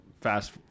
Fast